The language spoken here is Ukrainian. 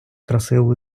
красиву